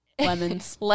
Lemons